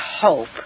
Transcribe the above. hope